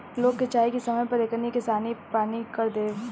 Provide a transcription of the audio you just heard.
लोग के चाही की समय पर एकनी के सानी पानी कर देव